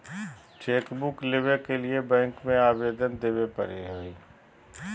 chequebook लेबे के लिए बैंक में अबेदन देबे परेय हइ